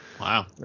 Wow